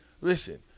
listen